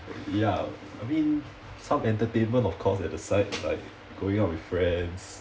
ya I mean some entertainment of course at the side like going out with friends